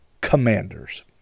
Commanders